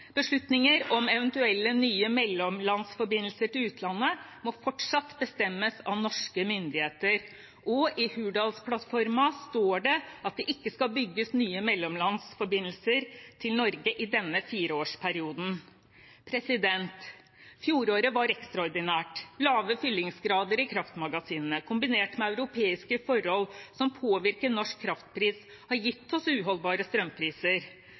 Beslutninger om eventuelle, nye mellomlandsforbindelser til utlandet må fortsatt tas av norske myndigheter. I Hurdalsplattformen står det at det ikke skal bygges nye mellomlandsforbindelser til Norge i denne fireårsperioden. Fjoråret var ekstraordinært. Lave fyllingsgrader i kraftmagasinene kombinert med europeiske forhold som påvirker norsk kraftpris, har gitt oss uholdbare strømpriser.